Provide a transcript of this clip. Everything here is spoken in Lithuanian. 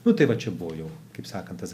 nu tai va čia buvo jau kaip sakant tas